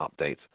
updates